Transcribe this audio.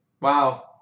Wow